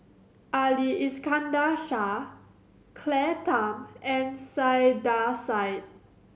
Ali Iskandar Shah Claire Tham and Saiedah Said